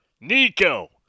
Nico